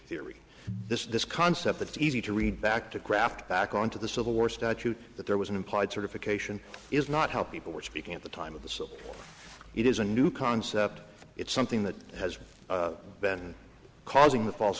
theory this is this concept it's easy to read back to graft back on to the civil war statute that there was an implied certification is not how people were speaking at the time of the so it is a new concept it's something that has been causing the false